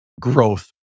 growth